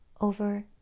over